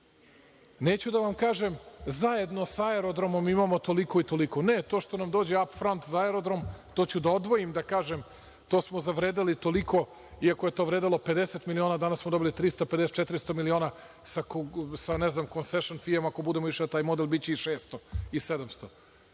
da vam kažem - zajedno sa aerodromom imamo toliko i toliko. Ne, to što nam dođe „ap front“ za aerodrom, to ću da odvojim da kažem - to smo zavredeli toliko, iako je to vredelo 50 miliona, danas smo dobili 354 miliona sa, ne znam, „konsešn fi“. Ako budemo išli na taj model, biće i 600 i 700.